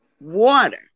water